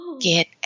get